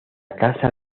casa